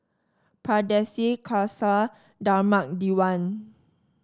Pardesi Khalsa Dharmak Diwan